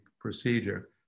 procedure